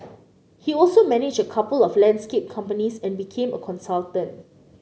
he also managed a couple of landscape companies and became a consultant